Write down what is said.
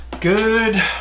Good